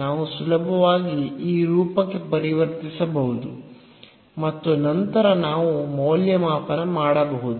ನಾವು ಸುಲಭವಾಗಿ ಈ ರೂಪಕ್ಕೆ ಪರಿವರ್ತಿಸಬಹುದು ಮತ್ತು ನಂತರ ನಾವು ಮೌಲ್ಯಮಾಪನ ಮಾಡಬಹುದು